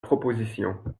proposition